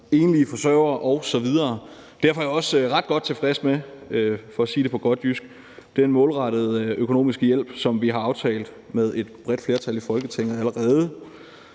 enlige forsørgere osv. Derfor er jeg også ret godt tilfreds med – for at sige det på godt jysk – den målrettede økonomiske hjælp, som vi har aftalt med et bredt flertal i Folketinget allerede.